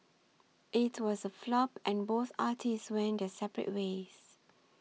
it was a flop and both artists went their separate ways